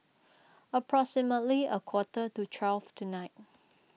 approximately a quarter to twelve tonight